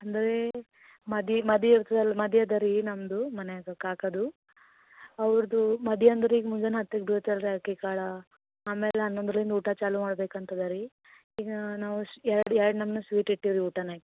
ಅಂದರೇ ಮದಿ ಮದಿ ಇರ್ತದಲ್ಲ ಮದಿ ಅದ ರೀ ನಮ್ಮದು ಮನೆಯಾಗೆ ಕಾಕಾದು ಅವರದ್ದು ಮದಿ ಅಂದ್ರೆ ಈಗ ಮುಂಜಾನೆ ಹತ್ತಕ್ಕೆ ಬಿಳ್ತು ಅಲ್ಲರಿ ಅಕ್ಕಿ ಕಾಳ ಆಮೇಲೆ ಹನ್ನೊಂದ್ರಿಂದ ಊಟ ಚಾಲು ಮಾಡಬೇಕಂತದೆ ರೀ ಈಗ ನಾವು ಎರಡು ಎರಡು ನಮೂನಿ ಸ್ವೀಟ್ ಇಟ್ಟಿವಿ ರೀ ಊಟನ್ಯಾಗೆ